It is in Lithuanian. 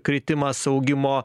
kritimas augimo